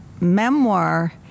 Memoir